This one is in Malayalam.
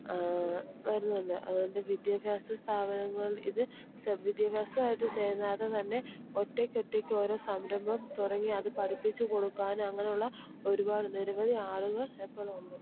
വരുന്നുണ്ട് അതുകൊണ്ട് വിദ്യാഭ്യാസ സ്ഥാപനങ്ങൾ ഇത് വിദ്യാഭ്യാസമായിട്ട് ചെയ്യുന്നത് തന്നെ ഒറ്റക്കൊറ്റക്ക് ഓരോ സംരംഭം തുടങ്ങി അത് പഠിപ്പിച്ച് കൊടുക്കാന് അങ്ങനുള്ള ഒരുപാട് നിരവധി ആളുകൾ എപ്പോഴും ഉണ്ട്